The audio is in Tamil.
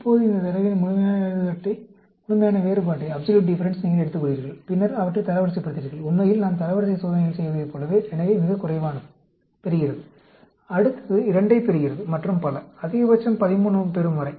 இப்போது இந்தத் தரவின் முழுமையான வேறுபாட்டை நீங்கள் எடுத்துக்கொள்கிறீர்கள் பின்னர் அவற்றை தரவரிசைப்படுத்துகிறீர்கள் உண்மையில் நாம் தரவரிசை சோதனைகள் செய்ததைப் போலவே எனவே மிகக் குறைவானது 1 ஐப் பெறுகிறது அடுத்தது 2 யைப் பெறுகிறது மற்றும் பல அதிகபட்சம் 13 பெறும் வரை